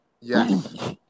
Yes